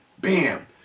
Bam